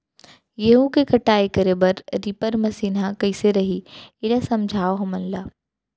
गेहूँ के कटाई करे बर रीपर मशीन ह कइसे रही, एला समझाओ हमन ल?